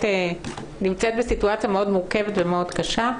נמצאת בסיטואציה מאוד מורכבת ומאוד קשה,